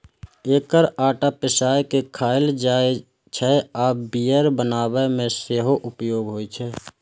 एकर आटा पिसाय के खायल जाइ छै आ बियर बनाबै मे सेहो उपयोग होइ छै